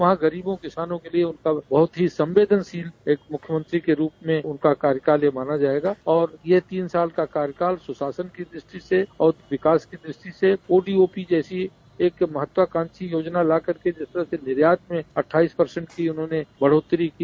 वहीं गरीबों किसानों के लिए उनका बहुत ही संवेदनशील एक मुख्यमंत्री के रूप में उनका कार्यकाल यह माना जायेगा और यह तीन साल का कार्यकाल सुशासन की द्रष्टि से और विकास की दृष्टि से ओडी ओपी जैसी एक महत्वाकांक्षी योजना लाकर के जिस तरह से निर्यात में अट्ठाइस प्रतिशत तक की उन्होंने बढ़ोत्तरी की